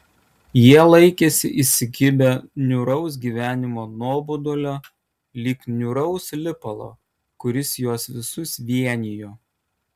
jie laikėsi įsikibę niūraus gyvenimo nuobodulio lyg niūraus lipalo kuris juos visus vienijo